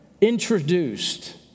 introduced